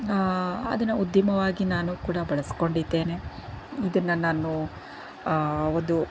ಅದನ್ನ ಉದ್ಯಮವಾಗಿ ನಾನು ಕೂಡ ಬಳಸಿಕೊಂಡಿದ್ದೇನೆ ಇದನ್ನು ನಾನು ಒಂದು